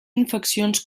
infeccions